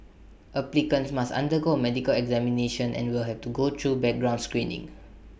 applicants must undergo A medical examination and will have to go through background screening